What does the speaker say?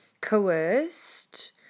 coerced